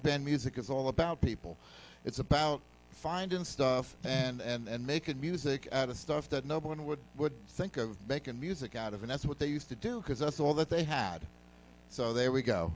band music is all about people it's about finding stuff and make good music out of stuff that no one would think of making music out of and that's what they used to do because that's all that they had so there we go